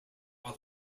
are